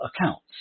accounts